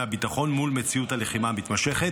הביטחון מול מציאות הלחימה המתמשכת.